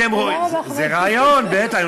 אתם רואים, זה רעיון, בטח,